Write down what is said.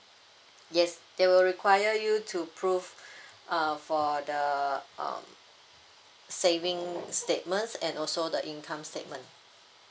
yes they will require you to prove uh for the uh saving statements and also the income statement